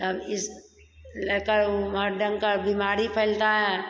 अब इस लड़का लोग में हर ढंग का बीमारी फैलता है